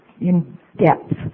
in-depth